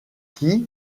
qui